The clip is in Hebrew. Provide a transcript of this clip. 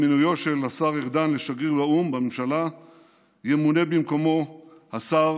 ועם מינויו של השר ארדן לשגריר באו"ם ימונה במקומו בממשלה השר